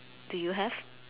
do you have